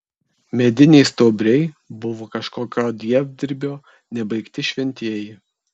mediniai stuobriai buvo kažkokio dievdirbio nebaigti šventieji